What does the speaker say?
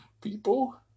People